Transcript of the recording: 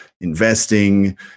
investing